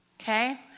Okay